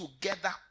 together